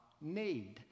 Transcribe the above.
need